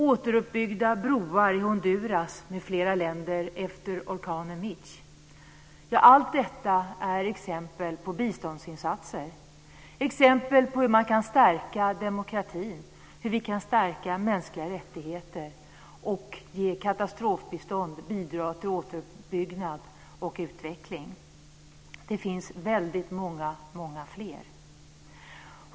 Återuppbyggda broar i Honduras m.fl. länder efter orkanen Mitch. Allt detta är exempel på biståndsinsatser. Det är exempel på hur man kan stärka demokratin, hur vi kan stärka mänskliga rättigheter och ge katastrofbistånd samt bidrag till återuppbyggnad och utveckling. Det finns väldigt många fler.